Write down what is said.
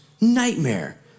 nightmare